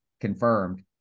confirmed